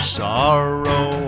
sorrow